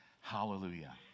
Hallelujah